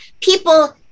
People